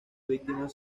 víctimas